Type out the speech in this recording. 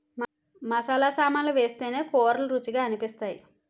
మసాలా సామాన్లు వేస్తేనే కూరలు రుచిగా అనిపిస్తాయి